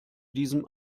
diesem